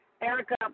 Erica